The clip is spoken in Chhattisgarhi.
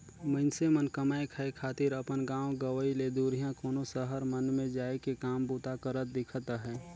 मइनसे मन कमाए खाए खातिर अपन गाँव गंवई ले दुरिहां कोनो सहर मन में जाए के काम बूता करत दिखत अहें